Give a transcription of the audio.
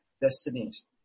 destinies